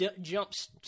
jumps